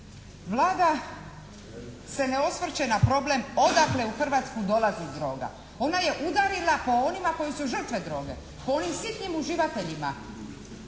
Vlada se ne osvrće na problem odakle u Hrvatsku dolazi droga. Ona je udarila po onima koji su žrtve droge, po onim sitnim uživateljima